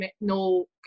no